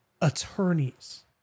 Attorneys